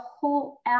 whole